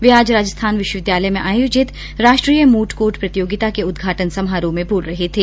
वे आज राजस्थान विश्वविद्यालय में आयोजित राष्ट्रीय मूट कोर्ट प्रतियोगिता के उद्घाटन समारोह में बोल रहे थे